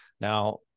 Now